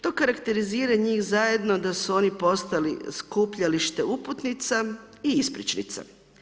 To karakterizira njih zajedno da su oni postali skupljalište uputnica i ispričnica.